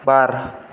बार